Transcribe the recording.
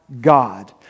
God